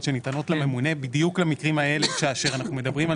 שניתנות לממונה בדיוק למקרים האלה כאשר אנחנו מדברים על